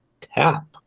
tap